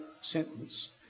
sentence